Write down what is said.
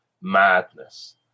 madness